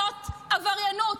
זאת עבריינות.